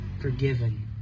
forgiven